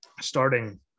Starting